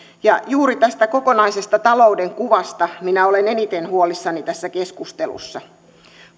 ja juuri tästä kokonaisesta talouden kuvasta minä olen eniten huolissani tässä keskustelussa